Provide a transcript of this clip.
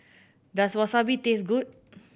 does Wasabi taste good